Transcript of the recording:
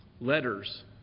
Letters